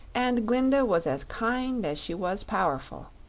and glinda was as kind as she was powerful.